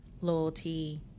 loyalty